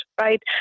Right